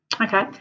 Okay